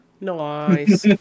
Nice